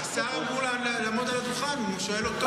השר אמור לעמוד על הדוכן, אתה שואל אותו.